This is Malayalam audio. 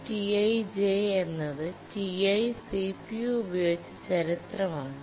CPUTi j എന്നത് Ti സി പി ഉ ഉപയോഗിച്ച ചരിത്രം ആണ്